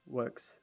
works